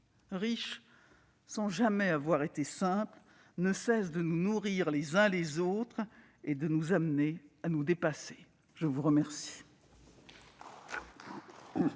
riche sans jamais avoir été simple, ne cesse de nous nourrir les uns les autres et de nous amener à nous dépasser. La parole